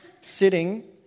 sitting